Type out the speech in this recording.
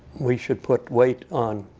we should put weight on